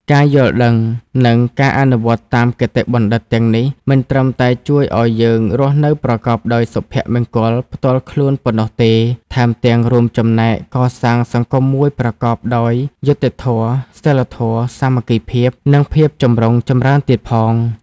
ការយល់ដឹង និងការអនុវត្តតាមគតិបណ្ឌិតទាំងនេះ មិនត្រឹមតែជួយឲ្យយើងរស់នៅប្រកបដោយសុភមង្គលផ្ទាល់ខ្លួនប៉ុណ្ណោះទេ ថែមទាំងរួមចំណែកកសាងសង្គមមួយប្រកបដោយយុត្តិធម៌ សីលធម៌ សាមគ្គីភាព និងភាពចម្រុងចម្រើនទៀតផង។